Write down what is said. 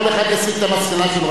כל אחד יסיק את המסקנה שלו,